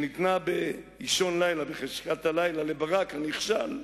שניתנה באישון לילה, בחשכת הלילה, לברק הנכשל,